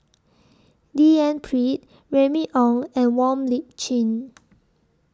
D N Pritt Remy Ong and Wong Lip Chin